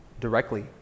directly